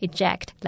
Eject